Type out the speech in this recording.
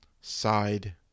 side